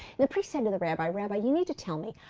the priest said to the rabbi, rabbi, you need to tell me.